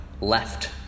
left